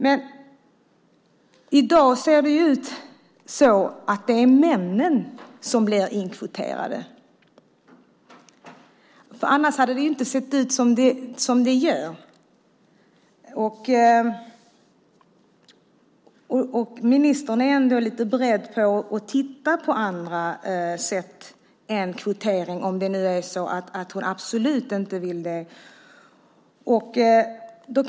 Men i dag är det männen som blir inkvoterade. Annars hade det inte sett ut som det gör. Ministern är ändå lite beredd att titta på andra sätt än kvotering, om det nu är så att hon absolut inte vill ha det.